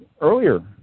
earlier